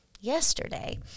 yesterday